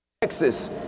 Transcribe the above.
Texas